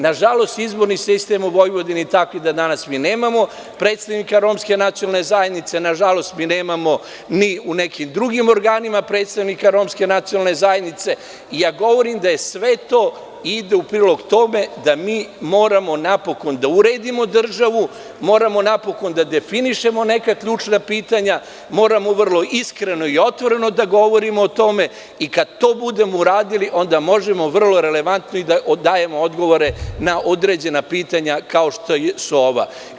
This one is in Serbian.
Nažalost, izborni sistem u Vojvodini je takav da danas mi nemamo predstavnika Romske nacionalne zajednice, nažalost, mi nemamo ni u nekim drugim organima predstavnika Romske nacionalne zajednice i ja govorim da sve to ide u prilog tome da mi moramo napokon da uredimo državu, moramo napokon da definišemo neka ključna pitanja, moramo vrlo iskreno i otvoreno da govorimo o tome i kad to budemo uradili, onda možemo vrlo relevantno i da dajemo odgovore na određena pitanja kao što su ova.